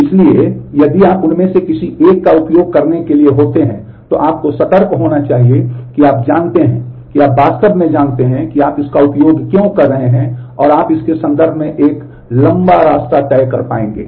इसलिए यदि आप उनमें से किसी एक का उपयोग करने के लिए होते हैं तो आपको सतर्क होना चाहिए कि आप जानते हैं कि आप वास्तव में जानते हैं कि आप इसका उपयोग क्यों कर रहे हैं और आप इसके संदर्भ में एक लंबा रास्ता तय कर पाएंगे